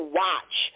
watch